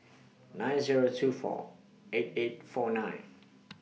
nine Zero two four eight eight four nine